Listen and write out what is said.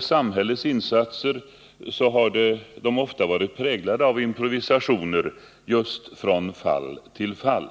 Samhällets insatser har ofta präglats av improvisationer just från fall till fall.